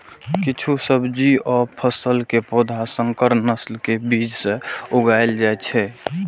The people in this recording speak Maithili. किछु सब्जी आ फसल के पौधा संकर नस्ल के बीज सं उगाएल जाइ छै